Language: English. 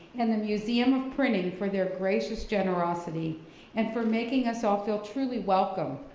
and the museum of printing for their gracious generosity and for making us all feel truly welcome.